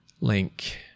link